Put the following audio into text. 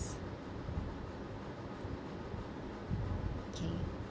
okay